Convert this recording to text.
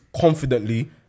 confidently